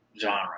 genre